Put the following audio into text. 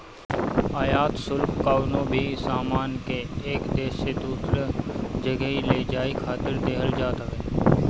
आयात शुल्क कवनो भी सामान के एक देस से दूसरा जगही ले जाए खातिर देहल जात हवे